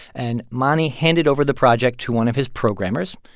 and mani handed over the project to one of his programmers,